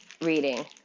reading